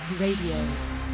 Radio